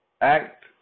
act